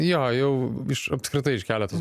jo jau iš apskritai iš keletos